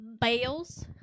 Bales